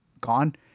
Gone